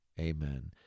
Amen